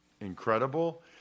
incredible